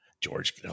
George